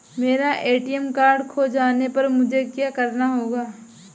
मेरा ATM card खो जाने पर मुझे क्या करना होगा?